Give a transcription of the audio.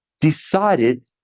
decided